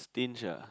tinge ah